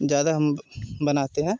ज्यादा हम बनाते हैं